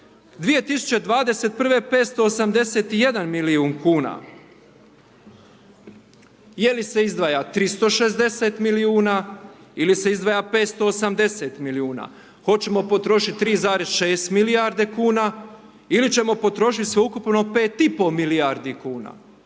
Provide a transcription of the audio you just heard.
2021. 581 milijun kuna. Je li se izdvaja 360 milijuna ili se izdvaja 580 milijuna? Hoćemo potrošiti 3,6 milijarde kuna ili ćemo potrošiti sveukupno 5,5 milijardi kuna?